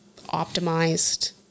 optimized